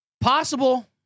possible